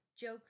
joke